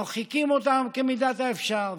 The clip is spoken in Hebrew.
מרחיקים אותן כמידת האפשר.